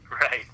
Right